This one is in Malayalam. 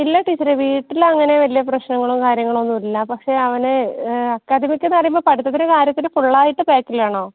ഇല്ല ടീച്ചറേ വീട്ടിലങ്ങനെ വലിയ പ്രശ്നങ്ങളും കാര്യങ്ങളൊന്നും ഇല്ല പക്ഷേ അവനെ അക്കാദമിക്ക് കാര്യങ്ങളൊക്കെ പഠിത്തത്തിൻ്റെ കാര്യത്തിൽ ഫുള്ളായിട്ട് ബാക്കിലാണോ